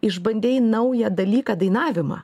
išbandei naują dalyką dainavimą